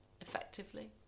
effectively